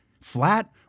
flat